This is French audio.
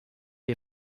les